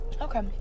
okay